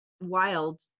wild